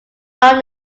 owned